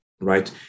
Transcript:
right